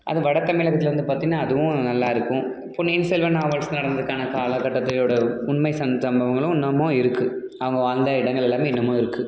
அது வட தமிழகத்துல வந்து பார்த்தீங்கன்னா அதுவும் நல்லா இருக்கும் பொன்னியின் செல்வன் நாவல்ஸ் நடந்ததுக்கான காலகட்டத்தோடய உண்மைச் சம் சம்பவங்களும் இன்னமும் இருக்குது அவங்க வாழ்ந்த இடங்கள் எல்லாமே இன்னமும் இருக்குது